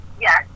yes